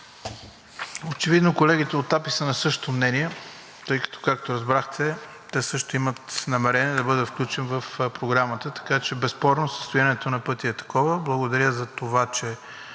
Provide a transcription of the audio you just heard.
Очевидно колегите от АПИ са на същото мнение, тъй като, както разбрахте, те също имат намерение да бъде включен в програмата. Така че безспорно състоянието на пътя е такова. Благодаря затова, че